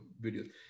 videos